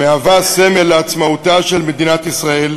המהווה סמל לעצמאותה של מדינת ישראל,